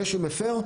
מי שמפר,